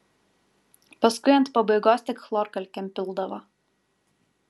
paskui ant pabaigos tik chlorkalkėm pildavo